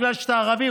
בגלל שאתה ערבי,